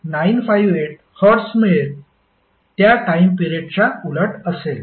958 hertz मिळेल त्या time पिरेडच्या उलट असेल